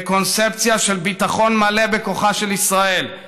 בקונספציה של ביטחון מלא בכוחה של ישראל,